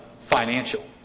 financial